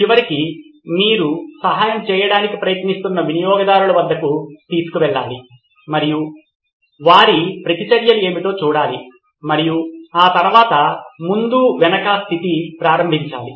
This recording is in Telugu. చివరికి మీరు సహాయం చేయడానికి ప్రయత్నిస్తున్న వినియోగదారుల వద్దకు తీసుకెళ్లాలి మరియు వారి ప్రతిచర్యలు ఏమిటో చూడాలి మరియు ఆ తర్వాత ముందు వెనుక స్థితి ప్రారంభించాలి